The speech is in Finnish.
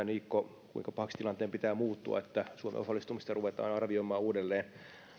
niikko kysyi kuinka pahaksi tilanteen pitää muuttua jotta suomen osallistumista ruvetaan arvioimaan uudelleen